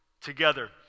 together